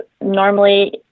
normally